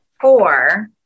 four